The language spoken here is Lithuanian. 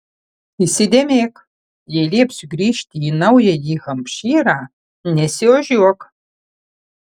įsidėmėk jei liepsiu grįžti į naująjį hampšyrą nesiožiuok